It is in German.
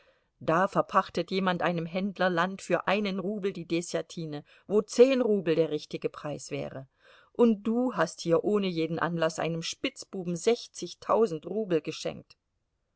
da verpachtet jemand einem händler land für einen rubel die deßjatine wo zehn rubel der richtige preis wäre und du hast hier ohne jeden anlaß einem spitzbuben sechzigtausend rubel geschenkt